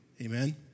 Amen